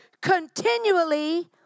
continually